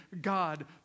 God